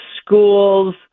schools